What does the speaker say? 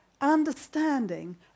understanding